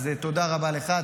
אז תודה רבה לך.